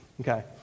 okay